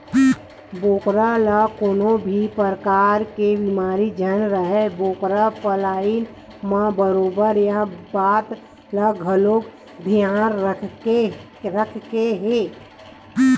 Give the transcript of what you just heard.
बोकरा ल कोनो भी परकार के बेमारी झन राहय बोकरा पलई म बरोबर ये बात ल घलोक धियान रखे के हे